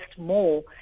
more